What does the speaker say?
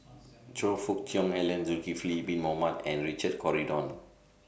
Choe Fook Cheong Alan Zulkifli Bin Mohamed and Richard Corridon